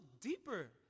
deeper